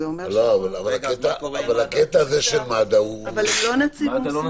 אבל הנושא של מד"א הוא בעייתי.